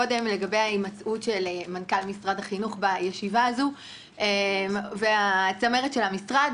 מקודם לגבי ההימצאות של מנכ"ל משרד החינוך בישיבה הזו והצמרת של המשרד.